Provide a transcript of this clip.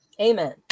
Amen